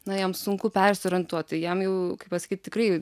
na jam sunku persiorientuot tai jam jau kaip pasakyt tikrai